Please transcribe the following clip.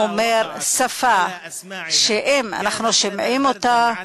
הוא אומר: שפה שאם אנחנו שומעים אותה,